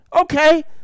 Okay